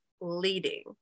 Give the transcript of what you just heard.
leading